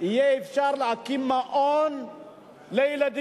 יהיה אפשר להקים מעון לילדים.